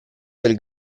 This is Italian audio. del